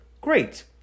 Great